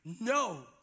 No